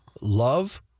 Love